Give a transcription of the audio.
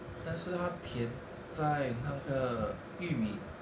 但是他甜在那个玉米